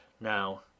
now